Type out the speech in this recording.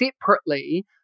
separately